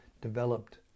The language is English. developed